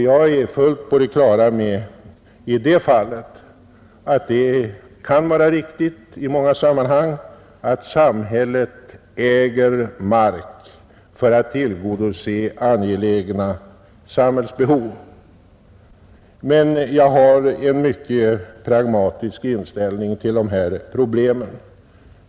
Jag är helt på det klara med, i det fallet, att det i många sammanhang kan vara riktigt att samhället äger mark för att tillgodose angelägna samhällsbehov. Jag har dock en mycket pragmatisk inställning till dessa problem.